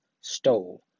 stole